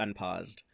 unpaused